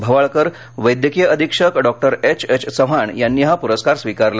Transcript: भवाळकर वैद्यकीय अधीक्षक डॉक्टर चि चि चव्हाण यांनी हा प्रस्कार स्वीकारला